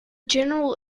general